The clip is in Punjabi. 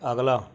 ਅਗਲਾ